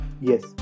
Yes